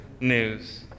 news